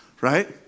Right